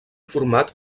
format